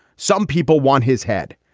some people want his head.